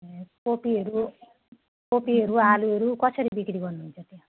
ए कोपीहरू कोपीहरू आलुहरू कसरी बिक्री गर्नुहुन्छ त्यहाँ